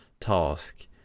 task